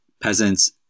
Peasants